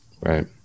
Right